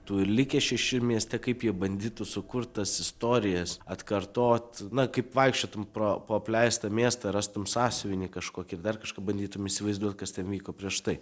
tų likę šeši mieste kaip jie bandytų sukurt tas istorijas atkartot na kaip vaikščiotum pro po apleistą miestą rastum sąsiuvinį kažkokį ar dar kažką bandytum įsivaizduot kas ten vyko prieš tai